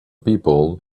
people